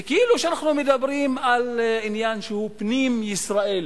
וכאילו שאנחנו מדברים על עניין שהוא פנים-ישראלי,